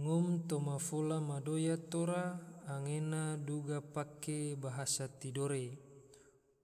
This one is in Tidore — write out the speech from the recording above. Ngom toma fola ma doya tora, anggena duga pake bahasa tidore,